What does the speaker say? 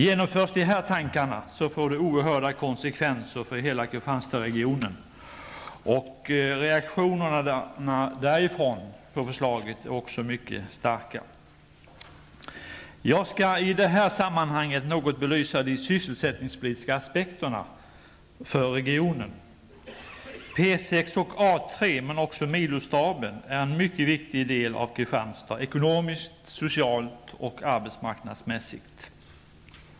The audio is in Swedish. Genomförs de här tankarna, får det oerhörda konsekvenser för hela Kristianstadsregionen, och reaktionerna därifrån på förslaget är också mycket starka. Jag skall i det här sammanhanget något belysa de sysselsättningspolitiska aspekterna för regionen.